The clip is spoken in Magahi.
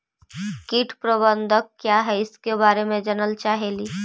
कीट प्रबनदक क्या है ईसके बारे मे जनल चाहेली?